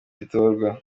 ritorwa